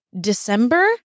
December